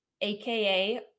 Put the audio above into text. aka